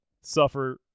suffer